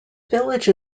village